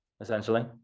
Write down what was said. essentially